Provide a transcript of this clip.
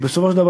בסופו של דבר,